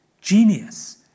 genius